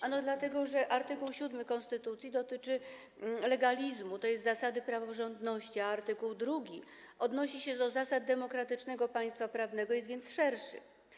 Ano dlatego, że art. 7 konstytucji dotyczy legalizmu, tj. zasady praworządności, a art. 2 odnosi się do zasad demokratycznego państwa prawnego, jest więc szerszy.